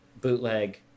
bootleg